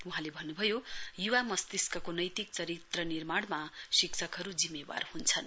वहाँले भन्नु भयो युवा मस्तिष्कको नैतिक चरित्र निर्माणमा शिक्षकहरू जिम्मेवार हुन्छन्